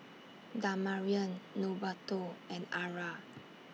Damarion Norberto and Arra